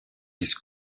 his